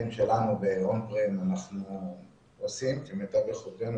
אנחנו עושים בהתאם למגבלות.